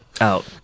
out